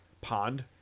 pond